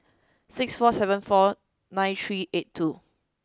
six four seven four nine three eight two